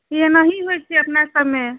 एनाही होइत छै अपनासभमे